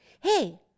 Hey